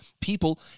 people